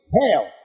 hell